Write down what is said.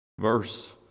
Verse